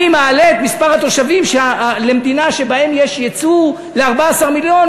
אני מעלה את מספר התושבים למדינה שבה יש יצוא ל-14 מיליון,